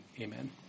amen